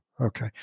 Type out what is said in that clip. Okay